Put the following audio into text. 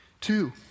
Two